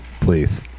please